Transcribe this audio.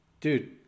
dude